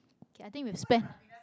okay i think we've spent